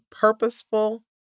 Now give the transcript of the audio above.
purposeful